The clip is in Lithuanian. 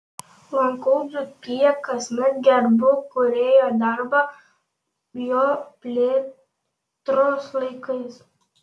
lankau dzūkiją kasmet gerbiu kūrėjo darbą jo plėtros laikais